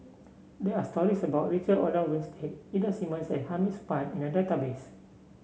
there are stories about Richard Olaf Winstedt Ida Simmons and Hamid Supaat in the database